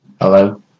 Hello